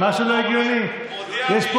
איזה יופי, איתן,